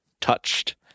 touched